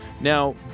Now